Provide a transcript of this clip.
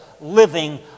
living